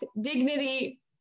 dignity